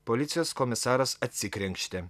policijos komisaras atsikrenkštė